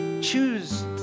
choose